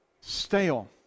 stale